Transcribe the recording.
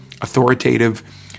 authoritative